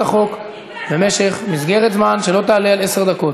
החוק במסגרת זמן שלא תעלה על עשר דקות.